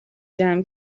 جمع